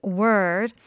word